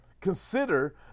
Consider